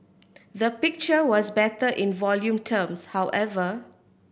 the picture was better in volume terms however